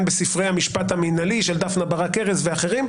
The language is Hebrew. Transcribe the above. בספרי המשפט המינהלי של דפנה ברק ארז ואחרים.